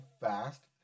fast